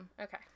Okay